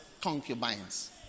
concubines